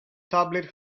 tablet